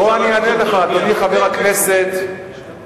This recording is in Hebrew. בוא אני אענה לך, אדוני חבר הכנסת זועבי.